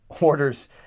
orders